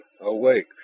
awake